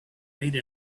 made